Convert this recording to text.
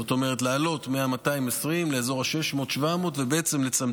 זאת אומרת לעלות מ-220 לאזור 600 700 ולצמצם